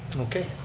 okay,